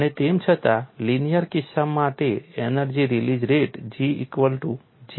અને તેમ છતાં લિનિયર કિસ્સા માટે energy release rate G equal to J છે